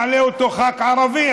מעלה אותו ח"כ ערבי,